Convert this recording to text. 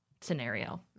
scenario